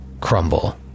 crumble